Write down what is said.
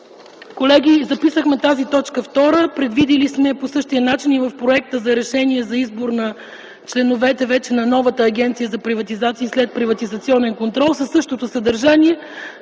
Колеги, записахме тази точка втора. Предвидили сме я по същия начин и в проекта за решение за избор на членовете на вече новата Агенция за приватизация и следприватизационен контрол със същото съдържание,